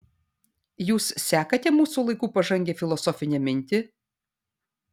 jūs sekate mūsų laikų pažangią filosofinę mintį